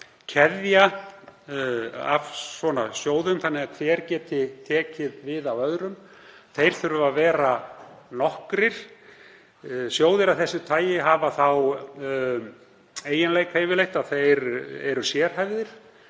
keðja af svona sjóðum þannig að hver geti tekið við af öðrum. Þeir þurfa að vera nokkrir. Sjóðir af þessu tagi hafa þá eiginleika yfirleitt að þeir eru sérhæfðir,